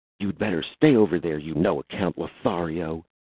you'd better stay over there, you no-account lothario,